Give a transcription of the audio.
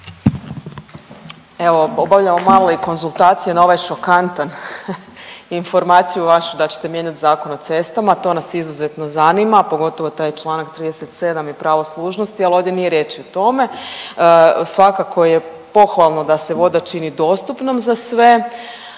Evo obavljamo male i konzultacije na ovaj šokantan, informaciju vašu da ćete mijenjati Zakon o cestama. To nas izuzetno zanima pogotovo taj članak 37. i pravo služnosti, ali ovdje nije riječ o tome. Svakako je pohvalno da se voda čini dostupnom za sve.